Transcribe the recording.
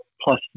plus